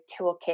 toolkit